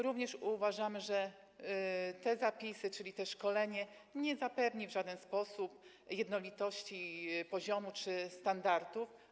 Również uważamy, że te zapisy, to szkolenie, nie zapewnią w żaden sposób jednolitości poziomu czy standardów.